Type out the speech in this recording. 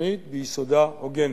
שהתוכנית ביסודה הוגנת.